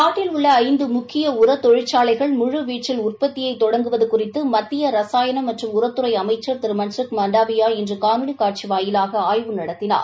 நாட்டில் உள்ள ஐந்து முக்கிய உரத் தொழிற்சாலைகள் முழு வீச்சில் உற்பத்தியை தொடங்குவது குறித்து மத்திய ரசாயன மற்றும் உரத்துறை அமைச்சள் திரு மன்சுக் மாண்டவியா இன்று காணொலி காட்சி வாயிலாக ஆய்வு நடத்தினார்